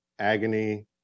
Agony